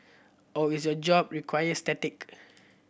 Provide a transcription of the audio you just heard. or is your job require static